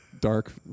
Dark